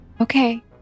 okay